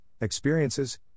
experiences